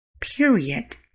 period